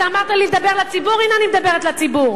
ואתה אמרת לי לדבר לציבור, הנה, אני מדברת לציבור.